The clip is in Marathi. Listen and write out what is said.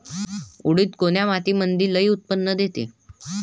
उडीद कोन्या मातीमंदी लई उत्पन्न देते?